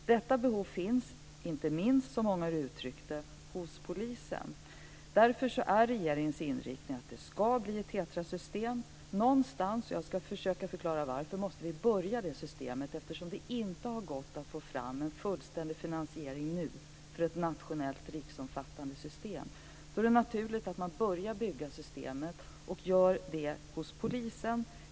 Detta behov finns inte minst, som många har uttryckt det, hos polisen. Därför är regeringens inriktning att det ska bli ett TETRA-system och någonstans, jag ska försöka förklara varför, måste vi påbörja det systemet. Eftersom det inte har gått att nu få fram en fullständig finansiering för ett nationellt, riksomfattande system är det naturligt att man börjar att bygga systemet och gör det hos polisen.